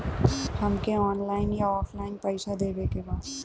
हमके ऑनलाइन या ऑफलाइन पैसा देवे के बा?